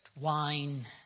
wine